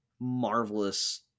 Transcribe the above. marvelous